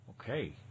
Okay